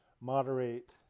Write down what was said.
moderate